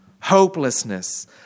hopelessness